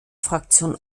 fraktion